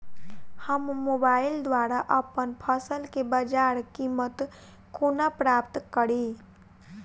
हम मोबाइल द्वारा अप्पन फसल केँ बजार कीमत कोना प्राप्त कड़ी?